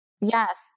Yes